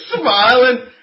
smiling